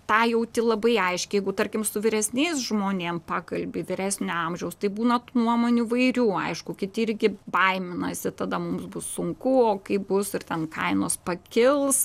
tą jauti labai aiškiai jeigu tarkim su vyresniais žmonėm pakalbi vyresnio amžiaus tai būna nuomonių įvairių aišku kiti irgi baiminasi tada mums bus sunku o kaip bus ir ten kainos pakils